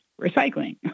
recycling